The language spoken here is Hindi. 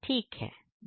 ठीक है सही बात है